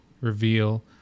reveal